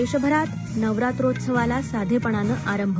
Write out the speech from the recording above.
देशभरात नवरात्रौत्सवाला साधेपणानं आरंभ